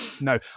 no